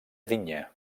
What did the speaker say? digne